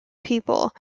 people